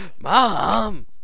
Mom